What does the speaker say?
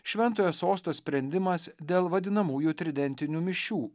šventojo sosto sprendimas dėl vadinamųjų tridentinių mišių